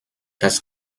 das